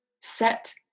set